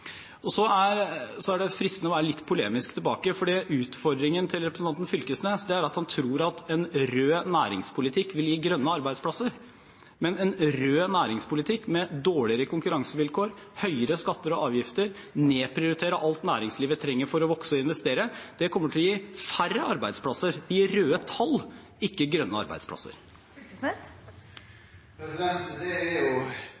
Så er det fristende å være litt polemisk tilbake, for utfordringen til representanten Knag Fylkesnes er at han tror at en rød næringspolitikk vil gi grønne arbeidsplasser. Men en rød næringspolitikk, med dårligere konkurransevilkår og høyere skatter og avgifter, nedprioriterer alt næringslivet trenger for å vokse og investere, og kommer til å gi færre arbeidsplasser. Det vil gi røde tall, ikke grønne arbeidsplasser.